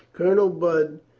colonel budd,